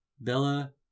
Bella